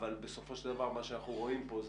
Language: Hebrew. אבל בסופו של דבר מה שאנחנו רואים פה זה